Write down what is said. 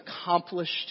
accomplished